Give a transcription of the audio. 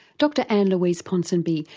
dr anne louise ponsonby,